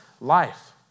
life